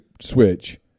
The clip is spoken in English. switch